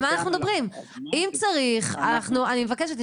אם צריך, אני מבקשת.